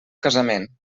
casament